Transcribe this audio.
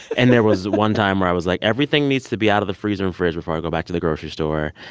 and there was one time where i was like, everything needs to be out of the freezer and fridge before i go back to the grocery store.